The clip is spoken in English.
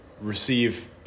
receive